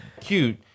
cute